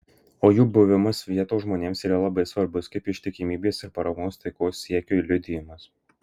o jų buvimas vietos žmonėms yra labai svarbus kaip ištikimybės ir paramos taikos siekiui liudijimas